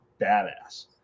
badass